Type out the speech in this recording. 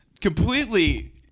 completely